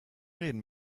reden